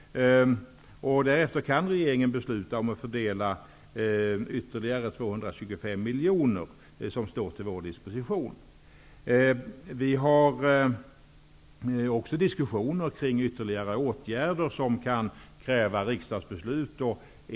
Därefter kan regeringen besluta om att fördela ytterligare 225 miljoner kronor, som står till vår disposition. Vi har också diskussioner kring ytterligare åtgärder som kan kräva riksdagsbeslut.